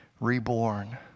reborn